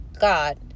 God